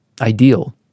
ideal